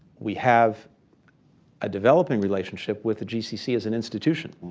we have a developing relationship with the gcc as an institution,